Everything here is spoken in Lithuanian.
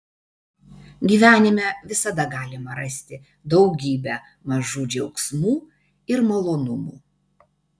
gyvenime visada galima rasti daugybę mažų džiaugsmų ir malonumų